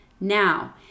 Now